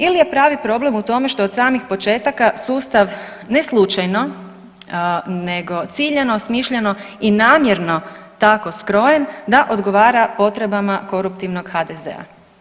Ili je pravi problem u tome što je od samih početaka sustav ne slučajno, nego ciljano, smišljeno i namjerno tako skrojen da odgovara potrebama koruptivnog HDZ-a?